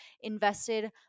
invested